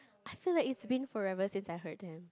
I feel like it's been forever since I heard them